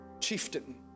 chieftain